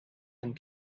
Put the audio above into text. and